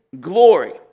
glory